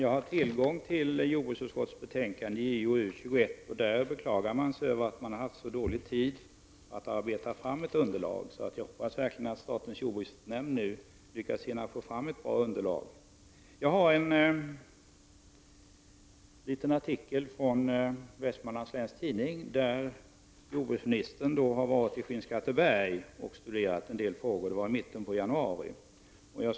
Herr talman! Jag har här jordbruksutskottets betänkande JoU21. I det betänkandet beklagar jordbruksutskottet sig över att man har haft så litet tid för att arbeta fram ett underlag. Jag hoppas verkligen att statens jordbruksnämnd nu hinner få fram ett bra underlag. Jag har här en artikel från Vestmanlands Läns Tidning där det står att jordbruksministern har varit i Skinnskatteberg och studerat en del frågor i mitten av januari.